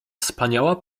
wspaniała